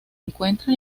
encuentra